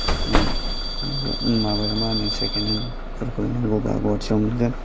नांगौ माबा माबाया मा होनो सेकेन्द हेन्द फोरखौ नांगौबा गुवाहाटियाव मोनगोन